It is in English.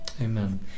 Amen